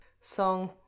song